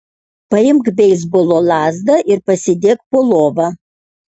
paimk beisbolo lazdą ir pasidėk po lova